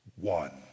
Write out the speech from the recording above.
one